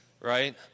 right